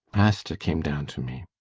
asta came down to me.